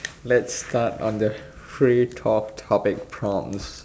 let's start on the free talk topic proms